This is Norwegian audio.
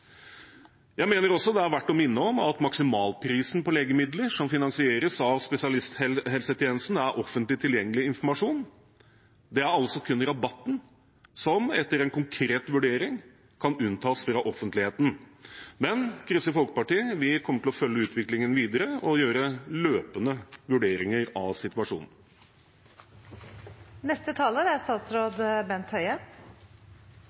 Jeg mener også det er verdt å minne om at maksimalprisen på legemidler som finansieres av spesialisthelsetjenesten, er offentlig tilgjengelig informasjon. Det er altså kun rabatten som etter en konkret vurdering kan unntas fra offentligheten. Men Kristelig Folkeparti kommer til å følge utviklingen videre og gjøre løpende vurderinger av